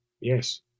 Yes